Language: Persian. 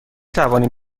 توانیم